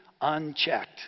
unchecked